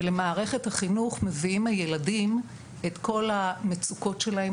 ולמערכת החינוך מביאים הילדים את כל המצוקות שלהם